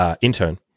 intern